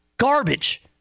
Garbage